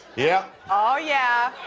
yep. oh, yeah.